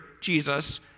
Jesus